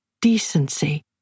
Decency